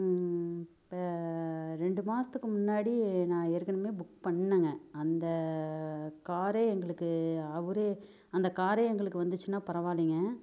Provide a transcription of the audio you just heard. இப்போ ரெண்டு மாதத்துக்கு முன்னாடி நான் ஏற்கனவே புக் பண்ணேங்க அந்த கார் எங்களுக்கு அவரே அந்த கார் எங்களுக்கு வந்துச்சின்னால் பரவாயில்லிங்க